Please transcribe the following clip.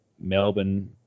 Melbourne